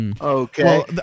Okay